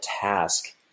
task